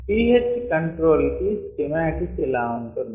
pH control కి schematic ఇలా ఉంటుంది